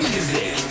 Music